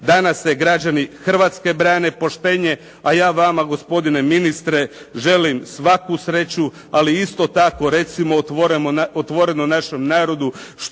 danas se građani Hrvatske brane poštenjem, a ja vama gospodine ministre želim svaku sreću, ali isto tako recimo otvoreno našem narodu